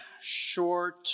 short